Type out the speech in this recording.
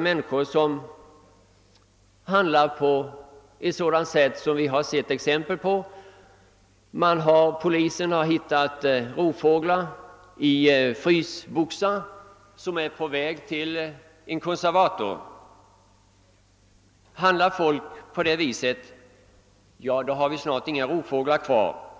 människor som handlar mycket omdömeslöst; polisen har t.ex. i frysboxar hittat rovfåglar som varit på väg till en konservator. Handlar folk på det sättet har vi snart inga rovfåglar kvar.